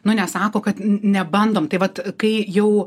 nu nesako kad nebandom tai vat kai jau